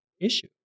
issue